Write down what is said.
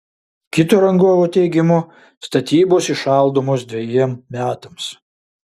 kito rangovo teigimu statybos įšaldomos dvejiem metams